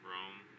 Rome